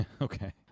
Okay